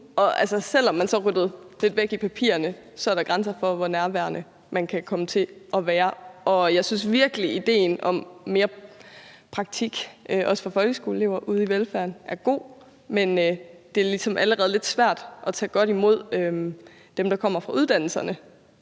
og selv om man så ryddede lidt op i papirerne, var der grænser for, hvor nærværende man kunne være. Jeg synes virkelig, at idéen om mere praktik, også for folkeskoleelever, ude i velfærden er god. Men det er ligesom allerede lidt svært at tage godt imod dem, der kommer fra uddannelserne,